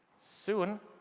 soon,